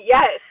Yes